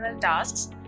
tasks